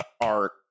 art